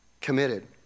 committed